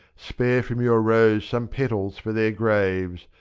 spare from your rose some petals for their graves.